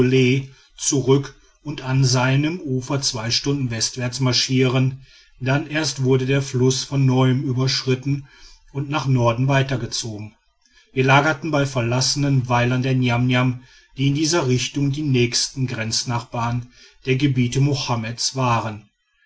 zurück und an seinem ufer zwei stunden westwärts marschieren dann erst wurde der fluß von neuem überschritten und nach norden weitergezogen wir lagerten bei verlassenen weilern der niamniam die in dieser richtung die nächsten grenznachbarn der gebiete mohammeds waren